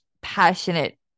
passionate